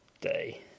Day